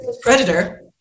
Predator